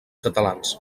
catalans